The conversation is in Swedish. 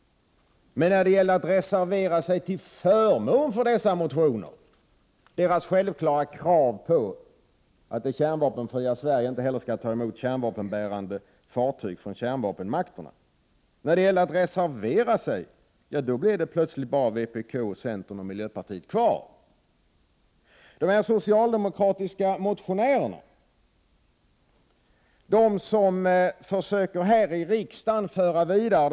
Men när det gäller att reservera sig till förmån för dessa motioner — där det självklara kravet på att det kärnvapenfria Sverige inte heller skall ta emot kärnvapenbärande fartyg från kärnvapenmakterna framförs — då blir plötsligt bara vpk, centern och miljöpartiet kvar. De socialdemokrater som här i riksdagen i två motioner har fört vidare de socialdemokratiska gräsrötternas kongressvilja har utskottsmajoriteten inkl. Maj Britt Theorin, struntat i.